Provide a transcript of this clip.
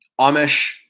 Amish